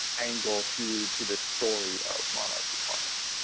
angle to to the story of monarch decline.